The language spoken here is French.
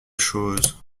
choses